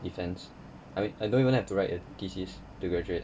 depends I mean I don't even have to write a thesis to graduate